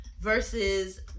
versus